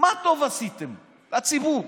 מה טוב עשיתם לציבור,